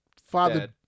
father